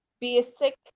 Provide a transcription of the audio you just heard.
basic